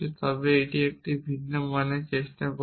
তবে এটি একটি ভিন্ন মান চেষ্টা করবে